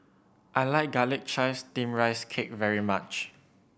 I like Garlic Chives Steamed Rice Cake very much